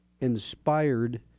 inspired